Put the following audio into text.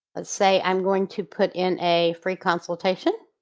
let's say i'm going to put in a free consultation,